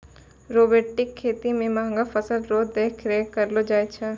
robotic खेती मे महंगा फसल रो देख रेख करलो जाय छै